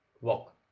Walk